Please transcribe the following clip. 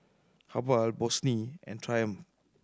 Habhal Bossini and Triumph